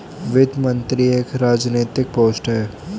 वित्त मंत्री एक राजनैतिक पोस्ट है